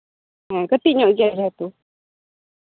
ᱠᱟᱹᱴᱤᱡ ᱧᱚᱜ ᱜᱮᱭᱟ ᱦᱚᱭᱛᱳ